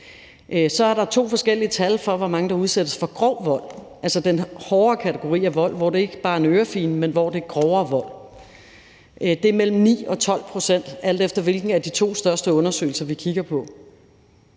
Så er der to forskellige tal for, hvor mange der udsættes for grov vold, altså den hårdere kategori af vold, hvor det ikke bare er en ørefigen, men hvor det er grovere vold. Det er mellem 9 og 12 pct., alt efter hvilken af de to største undersøgelser vi kigger på.